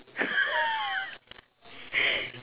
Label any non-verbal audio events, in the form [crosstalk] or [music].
[laughs]